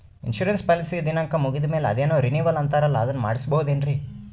Insurance ಪಾಲಿಸಿಯ ದಿನಾಂಕ ಮುಗಿದ ಮೇಲೆ ಅದೇನೋ ರಿನೀವಲ್ ಅಂತಾರಲ್ಲ ಅದನ್ನು ಮಾಡಿಸಬಹುದೇನ್ರಿ?